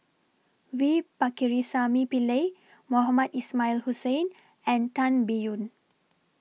V Pakirisamy Pillai Mohamed Ismail Hussain and Tan Biyun